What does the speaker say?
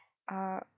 err